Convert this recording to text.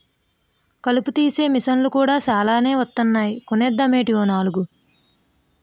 కలుపు తీసే మిసన్లు కూడా సాలానే వొత్తన్నాయ్ కొనేద్దామేటీ ఓ నాలుగు?